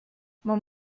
man